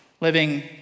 living